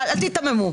אל תיתממו.